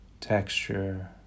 texture